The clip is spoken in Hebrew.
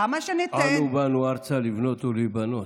למה שניתן, אנו באנו ארצה לבנות ולהיבנות.